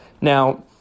Now